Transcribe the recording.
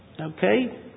Okay